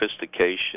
sophistication